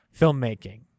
filmmaking